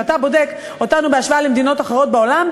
כשאתה בודק אותנו בהשוואה למדינות אחרות בעולם,